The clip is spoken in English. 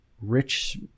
Rich